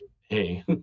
hey